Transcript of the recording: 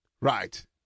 Right